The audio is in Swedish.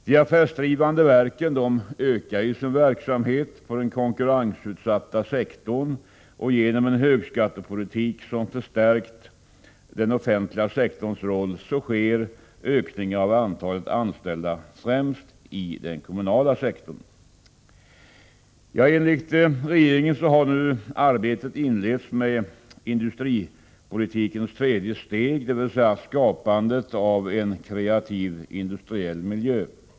De affärsdrivande verken ökar sin verksamhet på den konkurrensutsatta sektorn, och genom en högskattepolitik som förstärkt den offentliga sektorns roll sker ökningar av antalet anställda inom främst den kommunala sektorn. Enligt regeringen har nu arbetet inletts med industripolitikens tredje steg, dvs. skapandet av en kreativ industriell miljö.